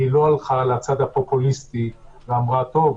היא לא הלכה לצד הפופוליסטי ואמרה: טוב,